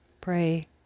pray